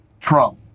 trump